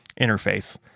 interface